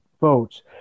votes